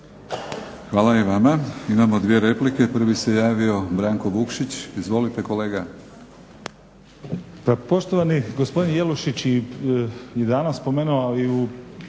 Hvala i vama. Imamo 2 replike. Prvi se javio Branko Vukšić. Izvolite kolega.